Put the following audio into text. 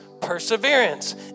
perseverance